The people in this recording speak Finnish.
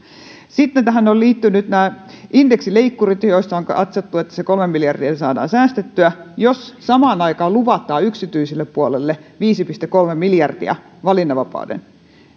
sitten tähän ovat liittyneet nämä indeksileikkurit joissa on katsottu että se kolme miljardia saadaan säästettyä jos samaan aikaan luvataan yksityiselle puolelle viisi pilkku kolme miljardia valinnanvapauteen